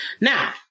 Now